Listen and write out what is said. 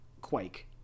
Quake